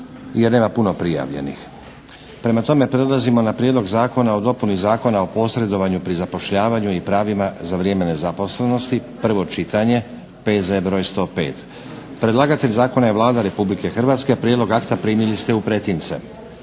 jer nema puno prijavljenih. Prema tome prelazimo na - Prijedlog zakona o dopuni Zakona o posredovanju pri zapošljavanju i pravima za vrijeme nezaposlenosti, prvo čitanje, PZ br. 105 Predlagatelj zakona je Vlada Republike Hrvatske. Prijedlog akta primili ste u pretince.